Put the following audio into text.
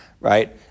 right